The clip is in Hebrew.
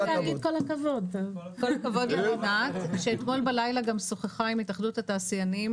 כל הכבוד לרינת שאתמול בלילה גם שוחחה עם התאחדות התעשיינים,